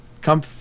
Come